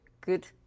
good